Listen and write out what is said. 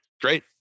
great